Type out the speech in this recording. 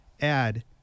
add